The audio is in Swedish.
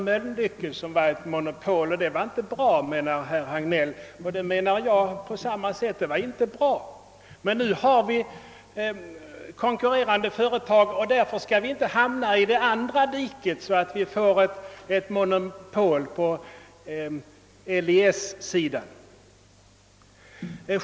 Tidigare hade vi ett monopol i Mölnlycke och herr Hagnell anser liksom jag att detta inte var bra. Men nu har vi konkurrerande företag och vi skall akta oss för att hamna i det andra diket, så att det uppstår ett monopol på LIC-sidan.